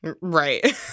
Right